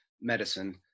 medicine